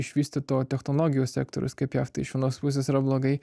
išvystyto technologijų sektorius kaip jav tai iš vienos pusės yra blogai